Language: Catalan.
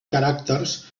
caràcters